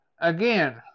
Again